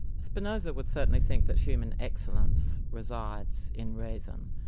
spinoza would certainly think that human excellence resides in reason,